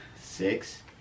six